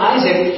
Isaac